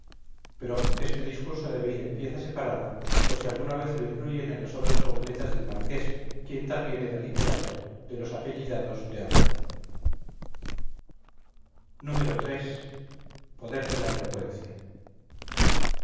pero este discurso debe ir en pieza separada por si alguna vez lo incluyen en las obras completas del marqués quien también era literato de los apellidados de orden iii poder de la elocuencia